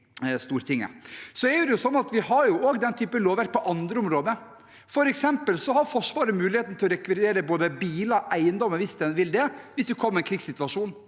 Vi har også denne typen lovverk på andre områder. For eksempel har Forsvaret muligheten til å rekvirere både biler og eiendommer hvis de vil det, hvis det kommer en krigssituasjon.